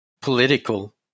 political